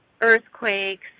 earthquakes